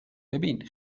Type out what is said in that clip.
ببین